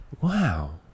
Wow